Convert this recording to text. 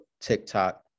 TikTok